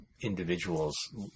individuals